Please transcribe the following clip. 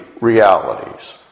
realities